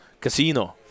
Casino